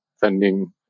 funding